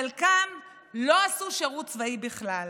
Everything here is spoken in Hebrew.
חלקם לא עשו שירות צבאי בכלל.